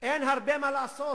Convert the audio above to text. אין הרבה מה לעשות.